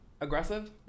Aggressive